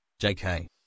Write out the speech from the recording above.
jk